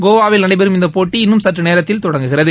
கோவாவில் நடைபெறும் இந்த போட்டி இன்னும் சற்றுநேரத்தில் தொடங்குகிறது